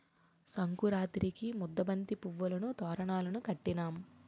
సంకురాతిరికి ముద్దబంతి పువ్వులును తోరణాలును కట్టినాం